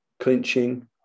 Clinching